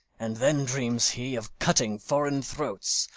and then dreams he of cutting foreign throats,